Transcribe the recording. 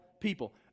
people